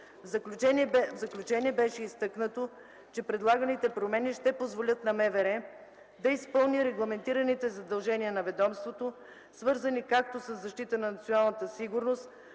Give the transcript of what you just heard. В заключение беше изтъкнато, че предлаганите промени ще позволят на МВР да изпълни регламентираните задължения на ведомството, свързани както със защита на националната сигурност,